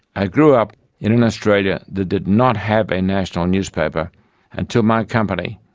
i grew up in an australia that did not have a national newspaper until my company,